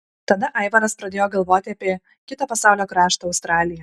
tada aivaras pradėjo galvoti apie kitą pasaulio kraštą australiją